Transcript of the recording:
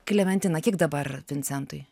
klementina kiek dabar vincentui